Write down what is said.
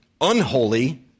unholy